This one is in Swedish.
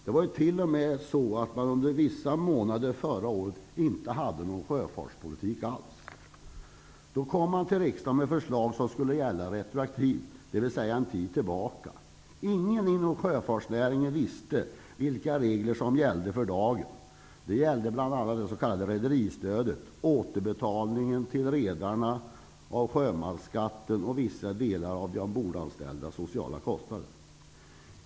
Det var ju t.o.m. på det sättet att man under vissa månader förra året inte hade någon sjöfartspolitik alls. Då kom man till riksdagen med förslag som skulle gälla retroaktivt, dvs. en tid tillbaka. Ingen inom sjöfartsnäringen visste vilka regler som gällde för dagen. Det gällde bl.a. det s.k. rederistödet, återbetalningen till redarna av sjömansskatten och vissa delar av de ombordanställdas sociala kostnader.